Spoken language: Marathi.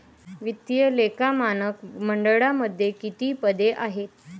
वित्तीय लेखा मानक मंडळामध्ये किती पदे आहेत?